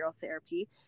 therapy